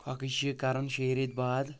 کھۄکج چھ یہِ کران شیٚیہِ ریٚتۍ بعد